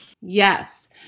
Yes